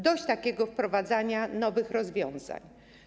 Dość takiego wprowadzania nowych rozwiązań.